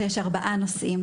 יש ארבעה נושאים.